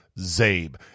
zabe